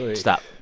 stop.